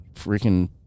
freaking